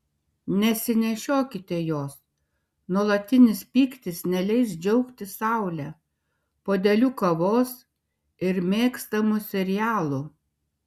nesinešiokite jos nuolatinis pyktis neleis džiaugtis saule puodeliu kavos ir mėgstamu serialu